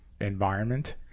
environment